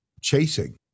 chasing